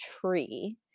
tree